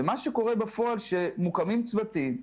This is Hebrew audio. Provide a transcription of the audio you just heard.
מה שקורה בפועל, שמוקמים צוותים,